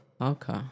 Okay